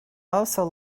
also